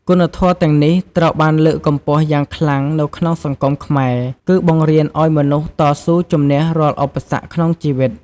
គុណធម៌ទាំងនេះត្រូវបានលើកកម្ពស់យ៉ាងខ្លាំងនៅក្នុងសង្គមខ្មែរ គឺបង្រៀនឱ្យមនុស្សតស៊ូជំនះរាល់ឧបសគ្គក្នុងជីវិត។